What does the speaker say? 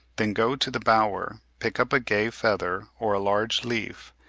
then go to the bower, pick up a gay feather or a large leaf,